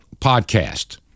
podcast